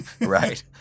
Right